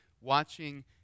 watching